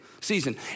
season